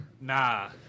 Nah